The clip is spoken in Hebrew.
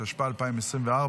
התשפ"ה 2024,